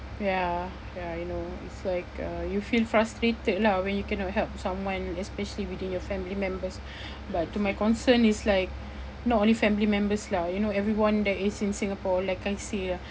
ya ya I know it's like uh you feel frustrated lah when you cannot help someone especially within your family members but to my concern it's like not only family members lah you know everyone that is in Singapore like I say ah